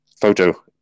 photo